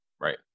Right